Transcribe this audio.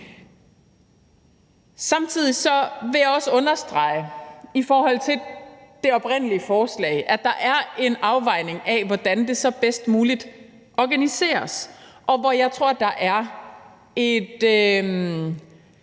Samtidig vil jeg også understrege i forhold til det oprindelige forslag, at der er en afvejning af, hvordan det så bedst muligt organiseres. Her tror jeg, at et